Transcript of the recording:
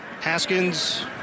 Haskins